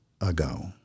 ago